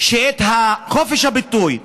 שחופש הביטוי,